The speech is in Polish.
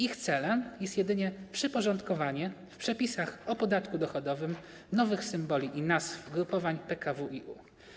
Ich celem jest jedynie przyporządkowanie w przepisach o podatku dochodowym nowych symboli i nazw grupowań PKWiU.